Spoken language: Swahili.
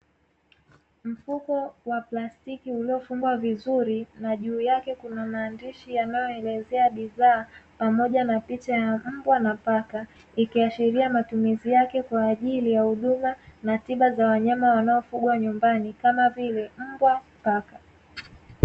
Mfuko wa plastiki ulofungwa vizuri na juu yake kuna maandishi yanayoelezea bidhaa pamoja na picha ya mbwa na paka, ikiashiria matumizi yake kwa ajili ya huduma na tiba za wanyama wanaofugwa nyumbani kama vile mbwa na paka.